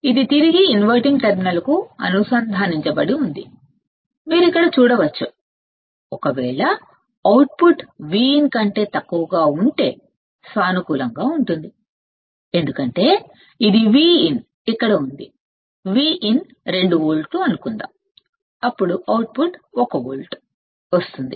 ఇది తిరిగి ఇన్వర్టింగ్ టెర్మినల్కు అనుసంధానించబడి ఉంది మీరు ఇక్కడ చూడవచ్చు ఒకవేళ అవుట్పుట్ Vin కంటే తక్కువగా ఉంటే సానుకూలంగా ఉంటుందిఎందుకంటే ఇది Vin ఇక్కడ ఉంది సరే Vin 2 వోల్ట్స్ అనుకుందాం అప్పుడు అవుట్పుట్ 1 వోల్ట్ ఉంటుంది